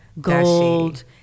gold